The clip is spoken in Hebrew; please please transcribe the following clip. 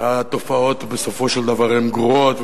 התופעות בסופו של דבר הן גרועות,